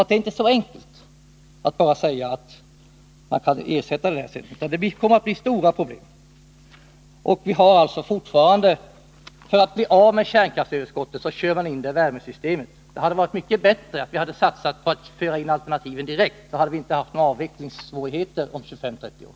Det är inte så enkelt att ersätta elektriciteten, utan det kommer att bli förenat med stora problem. För att bli av med kärnkraftsöverskottet kör man alltså in det i 15 värmesystemen. Det hade varit mycket bättre att satsa på alternativen direkt. Då hade vi inte fått några avvecklingssvårigheter om 25-30 år.